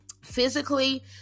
Physically